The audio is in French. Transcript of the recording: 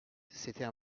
c’était